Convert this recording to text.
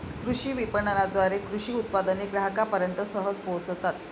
कृषी विपणनाद्वारे कृषी उत्पादने ग्राहकांपर्यंत सहज पोहोचतात